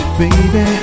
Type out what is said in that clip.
baby